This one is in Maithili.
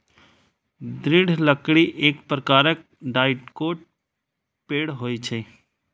दृढ़ लकड़ी एक प्रकारक डाइकोट पेड़ होइ छै